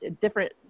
different